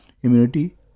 immunity